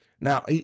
Now